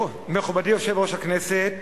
מכובדי יושב-ראש הכנסת,